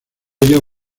ello